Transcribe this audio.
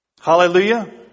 Hallelujah